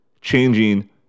changing